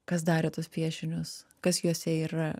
kas darė tuos piešinius kas juose yra